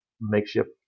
makeshift